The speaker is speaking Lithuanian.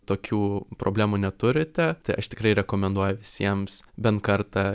tokių problemų neturite tai aš tikrai rekomenduoju visiems bent kartą